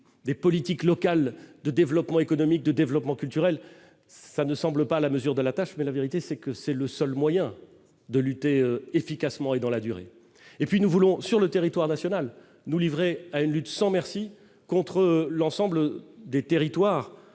des politiques locales de développement économique de développement culturel ça ne semble pas la mesure de la tâche, mais la vérité c'est que c'est le seul moyen de lutter efficacement et dans la durée et puis nous voulons sur le territoire national nous livrer à une lutte sans merci contre l'ensemble des territoires